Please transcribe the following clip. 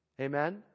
Amen